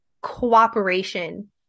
cooperation